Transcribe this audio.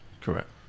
Correct